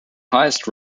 highest